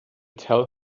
tell